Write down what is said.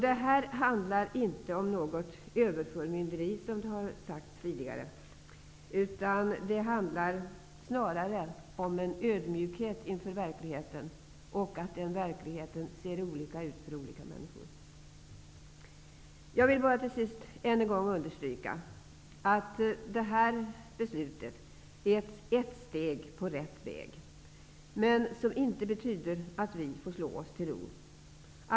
Det handlar inte om något överförmynderi som det har sagts tidigare, utan snarare om en ödmjukhet inför verkligheten och att verkligheten ser olika ut för olika människor. Jag vill bara till sist än en gång understryka att det här beslutet är ett steg på rätt väg, men det betyder inte att vi får slå oss till ro.